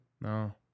No